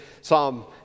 Psalm